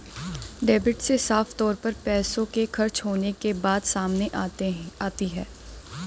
debit से साफ तौर पर पैसों के खर्च होने के बात सामने आती है